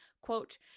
Quote